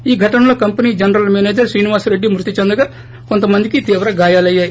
ఈ ఘటనలో company general manager Srinivas Reddy మృతి చెందగా కొంతమందికి తీవ్ర గాయాలయ్యాయి